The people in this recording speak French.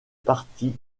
parties